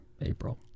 april